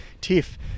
Tiff